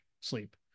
sleep